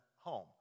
home